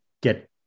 get